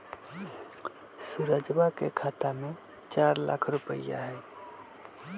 सुरजवा के खाता में चार लाख रुपइया हई